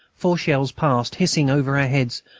four shells passed, hissing, over our heads,